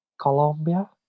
Colombia